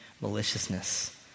maliciousness